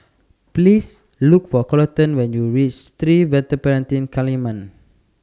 Please Look For Coleton when YOU REACH Sri Vadapathira Kaliamman